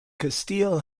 castile